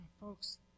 Folks